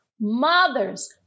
Mothers